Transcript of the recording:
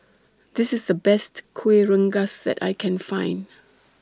This IS The Best Kuih Rengas that I Can Find